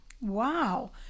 Wow